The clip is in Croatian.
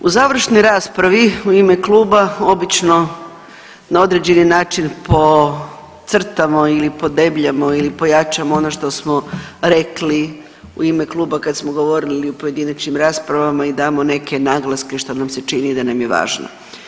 U završnoj raspravi u ime kluba obično na određeni način podcrtamo ili podebljamo ili pojačamo ono što smo rekli u ime kluba kad smo govorili u pojedinačnim raspravama i damo neke naglaske šta nam se čini da nam je važno.